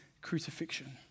crucifixion